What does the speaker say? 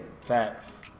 Facts